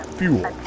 fuel